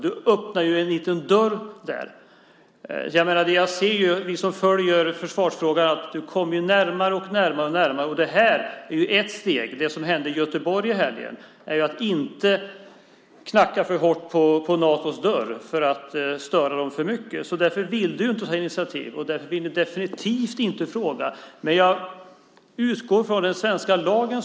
Du öppnar en liten dörr där. Vi som följer försvarsfrågan ser att du kommer närmare och närmare. Det här är ett steg. Det som hände i Göteborg är att inte knacka för hårt på Natos dörr för att störa dem för mycket. Därför vill du inte ta initiativ, och därför vill du definitivt inte fråga. Men jag utgår från den svenska lagen.